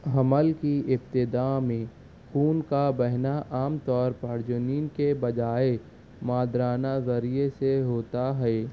حمل کی ابتداء میں خون کا بہنا عام طور پر جنین کے بجائے مادرانہ ذریعے سے ہوتا ہے